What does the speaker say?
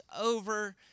over